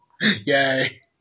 Yay